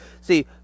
See